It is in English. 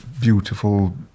beautiful